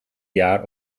jaar